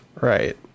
Right